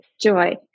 joy